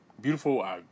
Beautiful